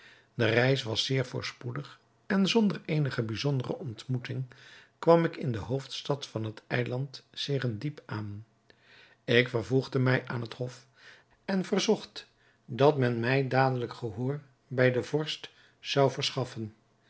de reis was zeer voorspoedig en zonder eenige bijzondere ontmoeting kwam ik in de hoofdstad van het eiland serendib aan ik vervoegde mij aan het hof en verzocht dat men mij dadelijk gehoor bij den vorst zou verschaffen